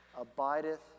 abideth